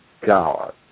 God